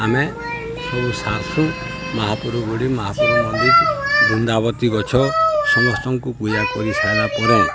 ଆମେ ସବୁ ସାସୁଁ ମହାପରୁ ଗୁଡ଼ି ମହାପୁରୁ ମନ୍ଦିର ବୃନ୍ଦାବତୀ ଗଛ ସମସ୍ତଙ୍କୁ ପୂଜା କରିସାଇଲା ପରେ